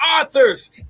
authors